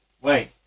wait